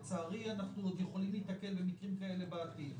לצערי אנחנו עוד יכולים להיתקל במקרים כאלה בעתיד.